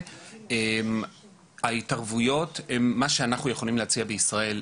ועדיין ההתערבויות הן מה שאנחנו יכולים להציע בישראל.